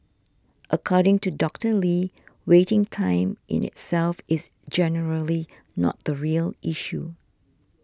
according to Doctor Lee waiting time in itself is generally not the real issue